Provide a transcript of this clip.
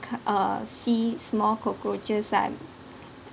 k~ uh see small cockroaches I'm